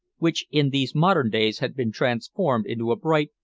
which in these modern days had been transformed into a bright,